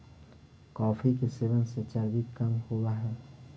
coffee के सेवन से चर्बी कम होब हई